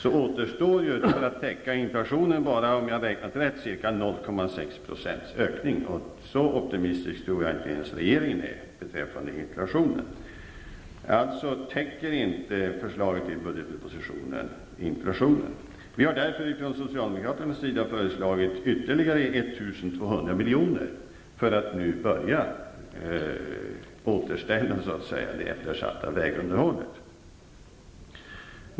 Efter det att inflationen har täckts återstår bara, om jag har räknat rätt, en ökning på ca 0,6 %, och så optimistisk tror jag inte ens regeringen är beträffande inflationen. Alltså täcker inte förslaget i budgetpropositionen inflationen. Vi har därför från socialdemokraternas sida föreslagit att ytterligare 1 200 milj.kr. skall avsättas för att börja återställa det eftersatta vägunderhållet.